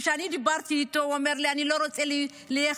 כשאני דיברתי איתו הוא אמר: לא רוצה להיחשף.